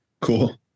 Cool